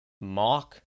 mock